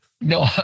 No